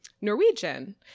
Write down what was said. Norwegian